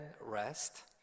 rest